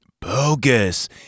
bogus